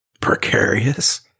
Precarious